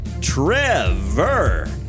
Trevor